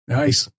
nice